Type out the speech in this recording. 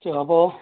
ସେ ହେବ